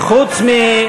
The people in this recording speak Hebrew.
עם חוק כזה, 1948, חוץ,